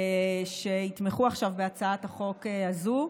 שיתמכו עכשיו בהצעת החוק הזו.